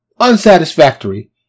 unsatisfactory